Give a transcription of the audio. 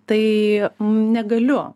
tai negaliu